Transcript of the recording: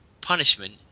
punishment